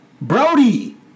Brody